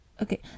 Okay